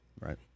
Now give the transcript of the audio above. Right